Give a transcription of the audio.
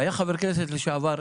היה חבר כנסת לשעבר,